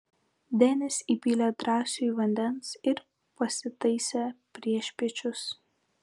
denis įpylė drąsiui vandens ir pasitaisė priešpiečius